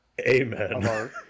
Amen